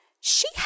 She